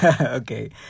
okay